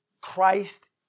Christ